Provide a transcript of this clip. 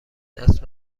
دست